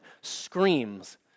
screams